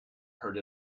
heard